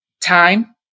time